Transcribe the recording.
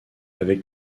avec